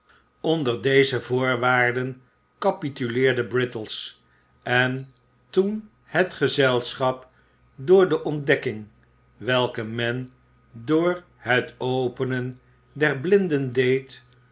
onder deze voorwaarden capituleerde brittles en toen het gezelschap door de ontdekking welke men door het openen der blinden deed